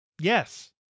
Yes